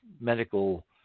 medical